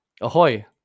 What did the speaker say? Ahoy